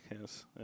Yes